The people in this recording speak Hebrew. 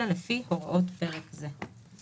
אלא לפי הוראות פרק זה."